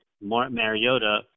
Mariota